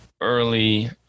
early